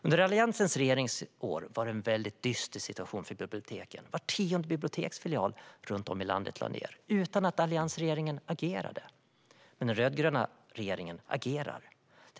Under Alliansens regeringsår var det en dyster situation för biblioteken. Var tionde biblioteksfilial runt om i landet lades ned utan att alliansregeringen agerade. Men den rödgröna regeringen agerar.